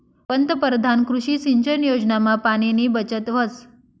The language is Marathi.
पंतपरधान कृषी सिंचन योजनामा पाणीनी बचत व्हस